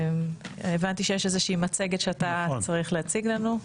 הבנתי שיש מצגת שאתה צריך להציג לנו.